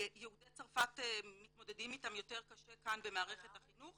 שיהודי צרפת מתמודדים איתם יותר קשה כאן במערכת החינוך